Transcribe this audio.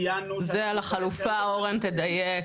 זה על החלופה אורן, תדייק.